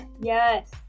yes